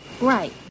Right